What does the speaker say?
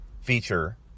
feature